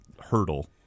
hurdle